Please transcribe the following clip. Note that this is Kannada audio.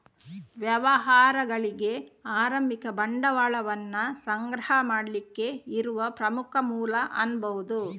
ವ್ಯವಹಾರಗಳಿಗೆ ಆರಂಭಿಕ ಬಂಡವಾಳವನ್ನ ಸಂಗ್ರಹ ಮಾಡ್ಲಿಕ್ಕೆ ಇರುವ ಪ್ರಮುಖ ಮೂಲ ಅನ್ಬಹುದು